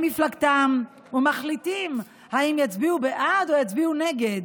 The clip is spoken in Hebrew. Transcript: מפלגתם ומחליטים אם יצביעו בעד או יצביעו נגד,